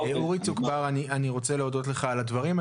אורי, אני רוצה להודות לך על הדברים.